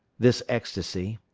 this ecstasy,